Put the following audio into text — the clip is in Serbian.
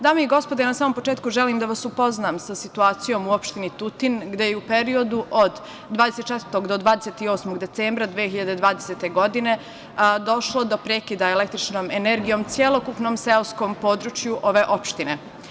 Dame i gospodo, na samom početku želim da vas upoznam sa situacijom u Opštini Tutin, gde je u periodu od 24. do 28. decembra 2020. godine došlo do prekida električnom energijom celokupnom seoskom području ove opštine.